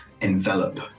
envelop